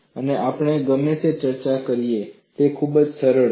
અને આપણે ગમે તે ચર્ચા કરીએ તે ખૂબ જ સરળ છે